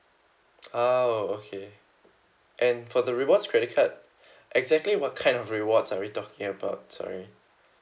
ah okay and for the rewards credit card exactly what kind of rewards are we talking about sorry